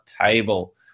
table